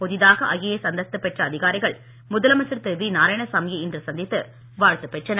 புதிதாக ஐஏஎஸ் அந்தஸ்து பெற்ற அதிகாரிகள் முதலமைச்சர் திரு வி நாராயணசாமியை இன்று சந்தித்து வாழ்த்து பெற்றனர்